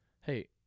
Hey